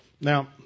Now